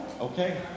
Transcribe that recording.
Okay